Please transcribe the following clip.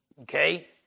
okay